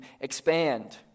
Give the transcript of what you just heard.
expand